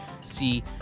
see